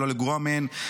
ולא לגרוע מהן,